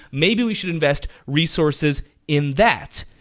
maybe we should invest resources in that.